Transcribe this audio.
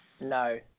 No